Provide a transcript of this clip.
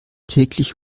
täglich